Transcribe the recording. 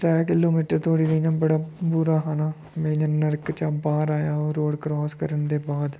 त्रै kilometre धोड़ी ते इयां बड़ा बुरा हाल हा में इयां नर्क चा बाह्र आया ओह् रोड़ क्रास करन दे बाद